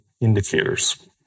indicators